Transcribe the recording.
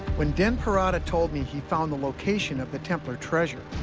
when dan parada told me he found the location of the templar treasure,